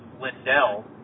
Lindell